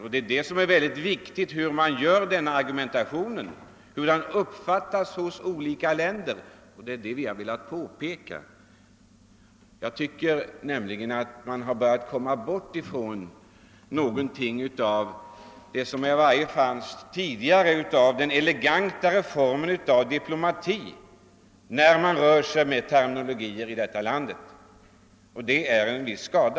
Och det är sättet att argumentera som är så viktigt, eftersom det kan uppfattas felaktigt i andra länder. Det är den saken vi har velat peka på. Jag tycker att man nu, när man här i landet rör sig med terminologier, börjar komma bort från den elegantare form av diplomati som förekom tidigare, och det tycker jag är skada.